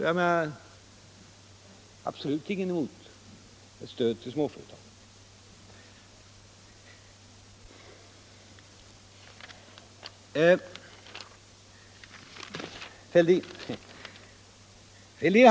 Jag har därför absolut ingenting emot att stödja småföretagen.